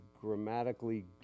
grammatically